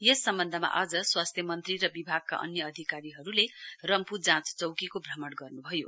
यस सम्बन्धमा आज स्वास्थ्य मन्त्री र विभागका अन्य अधिकारीहरुले रम्फू जाँच चौकीको भ्रमण गर्नुभयो